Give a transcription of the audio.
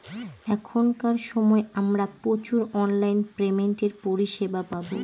এখনকার সময় আমরা প্রচুর অনলাইন পেমেন্টের পরিষেবা পাবো